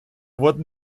wurden